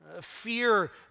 Fear